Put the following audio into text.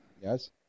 Yes